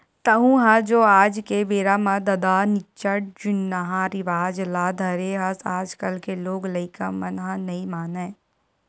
तँहू ह ओ आज के बेरा म ददा निच्चट जुन्नाहा रिवाज ल धरे हस आजकल के लोग लइका मन ह नइ मानय